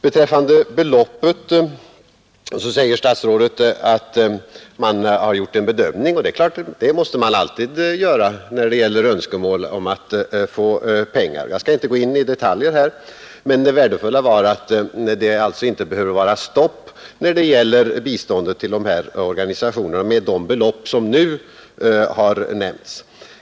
Beträffande beloppet säger utrikesministern att man har gjort en bedömning, och det måste man givetvis alltid göra när det gäller önskemål om att få pengar. Jag skall inte gå in i detaljer här. Men det värdefulla var att det alltså inte behöver vara stopp i fråga om biståndet till dessa organisationer med de belopp som nu har nämnts.